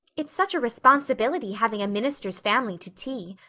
it's such a responsibility having a minister's family to tea.